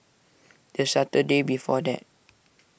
the Saturday before that